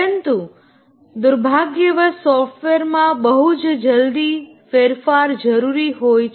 પરંતુ દુર્ભાગ્યવશ સોફ્ટવેરમાં બહુ જ જલ્દી ફેરફાર જરૂરી હોય છે